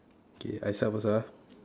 okay I start first ah